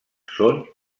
són